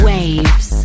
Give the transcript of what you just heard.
Waves